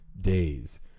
days